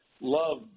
love